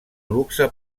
luxe